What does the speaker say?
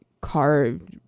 carved